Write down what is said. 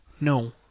no